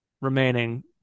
remaining